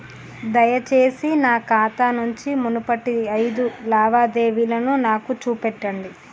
దయచేసి నా ఖాతా నుంచి మునుపటి ఐదు లావాదేవీలను నాకు చూపెట్టండి